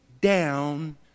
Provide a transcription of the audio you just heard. down